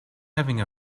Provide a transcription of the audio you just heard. having